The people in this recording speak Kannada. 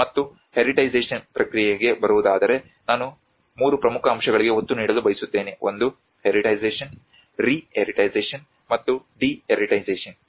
ಮತ್ತು ಹೆರೀಟೈಸಷನ್ ಪ್ರಕ್ರಿಯೆಗೆ ಬರುವುದಾದರೆ ನಾನು 3 ಪ್ರಮುಖ ಅಂಶಗಳಿಗೆ ಒತ್ತು ನೀಡಲು ಬಯಸುತ್ತೇನೆ ಒಂದು ಹೆರೀಟೈಸಷನ್ ರೀ ಹೆರೀಟೈಸಷನ್ ಮತ್ತು ಡಿ ಹೆರೀಟೈಸಷನ್